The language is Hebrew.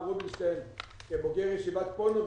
רובינשטיין וכי אני בוגר ישיבת פוניביץ'